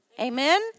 Amen